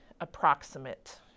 approximate